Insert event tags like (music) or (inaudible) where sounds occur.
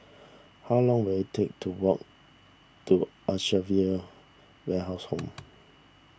how long will it take to walk to (unintelligible) well house Home